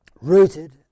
rooted